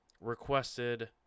requested